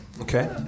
Okay